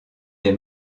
des